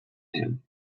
him